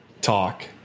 talk